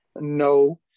No